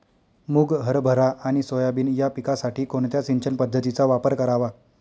मुग, हरभरा आणि सोयाबीन या पिकासाठी कोणत्या सिंचन पद्धतीचा वापर करावा?